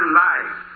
life